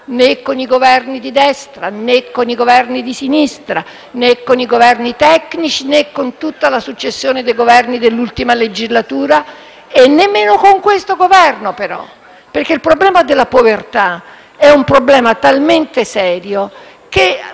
né con i Governi di destra, né con i Governi di sinistra, né con i Governi tecnici, né con tutta la successione dei Governi dell'ultima legislatura, e nemmeno con questo Governo. Il problema della povertà è talmente serio che